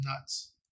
nuts